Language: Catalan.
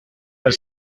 per